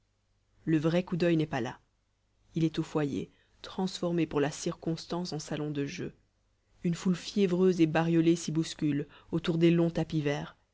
le vrai coup d'oeil n'est pas là il est au foyer transformé pour la circonstance en salon de jeu une foule fiévreuse et bariolée s'y bouscule autour des longs tapis verts